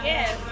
Yes